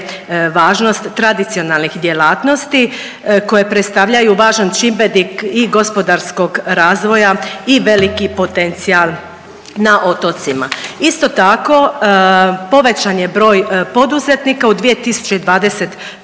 važnost tradicionalnih djelatnosti koje predstavljaju važan čimbenik i gospodarskog razvoja i veliki potencijal na otocima. Isto tako povećan je broj poduzetnika u 2021.g.